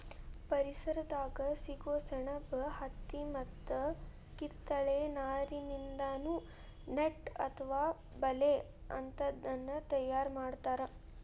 ಪರಿಸರದಾಗ ಸಿಗೋ ಸೆಣಬು ಹತ್ತಿ ಮತ್ತ ಕಿತ್ತಳೆ ನಾರಿನಿಂದಾನು ನೆಟ್ ಅತ್ವ ಬಲೇ ಅಂತಾದನ್ನ ತಯಾರ್ ಮಾಡ್ತಾರ